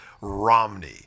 Romney